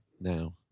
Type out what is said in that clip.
Now